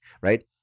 right